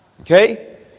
Okay